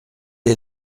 est